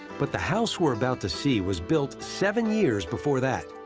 but the house we're about to see was built seven years before that.